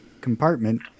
compartment